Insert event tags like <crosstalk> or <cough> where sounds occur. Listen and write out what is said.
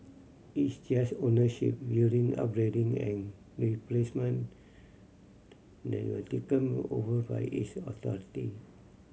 it's just ownership building upgrading and replacement that will taken <unintelligible> over by its authority